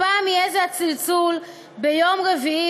והפעם יהיה זה הצלצול ביום רביעי,